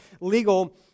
legal